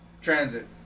transit